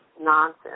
nonsense